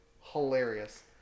hilarious